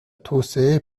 توسعه